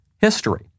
history